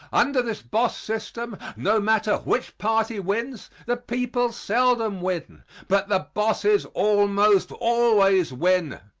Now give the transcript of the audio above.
under this boss system, no matter which party wins, the people seldom win but the bosses almost always win.